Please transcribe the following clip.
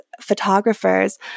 photographers